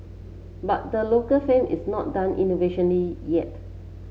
but the local firm is not done innovating yet